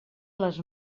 les